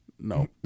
No